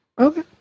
Okay